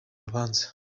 rubanza